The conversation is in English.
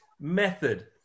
Method